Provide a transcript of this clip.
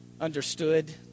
understood